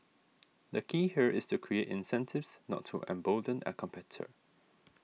the key here is to create incentives not to embolden a competitor